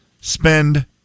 spend